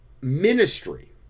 ministry